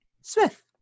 smith